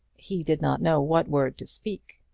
he did not know what word to speak.